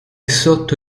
sotto